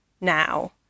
now